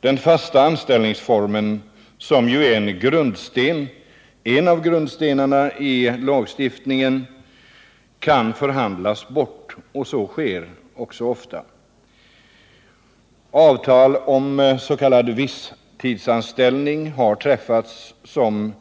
Den fasta anställningsformen, som är en av grundstenarna i lagstiftningen, kan förhandlas bort — och så sker också ofta. Avtal har träffats om s.k. visstidsanställning som